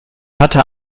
hatte